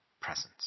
presence